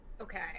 Okay